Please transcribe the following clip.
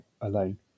alone